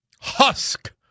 husk